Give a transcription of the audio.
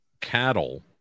cattle